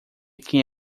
quem